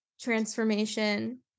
transformation